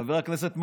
חבר הכנסת מרגי?